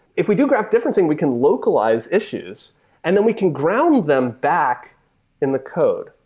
if we do graph differencing, we can localize issues and then we can ground them back in the code.